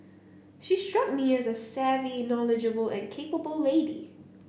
she struck me as a savvy knowledgeable and capable lady